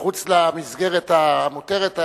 מחוץ למסגרת המותרת.